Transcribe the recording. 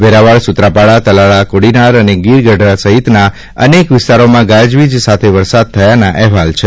વેરાવળ સૂત્રાપાડા તાલાળા કોડીનાર અને ગીરગઢડા સહિતના અનેક વિસ્તારોમાં ગાજવીજ સાથે વરસાદ થયાના અહેવાલ છે